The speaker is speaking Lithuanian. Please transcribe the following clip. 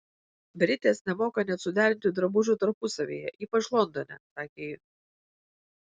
britės nemoka net suderinti drabužių tarpusavyje ypač londone sakė ji